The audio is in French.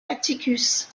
atticus